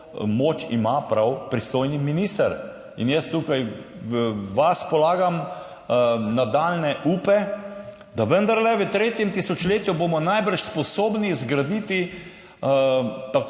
moč prav pristojni minister. In jaz tukaj v vas polagam nadaljnje upe, da vendarle v tretjem tisočletju bomo najbrž sposobni zgraditi za